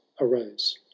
arose